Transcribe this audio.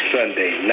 Sunday